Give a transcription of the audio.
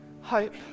hope